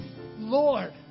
Lord